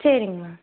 சரிங்க மேம்